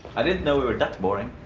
i didn't know we were that boring.